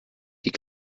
die